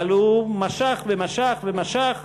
אבל הוא משך ומשך ומשך,